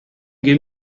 give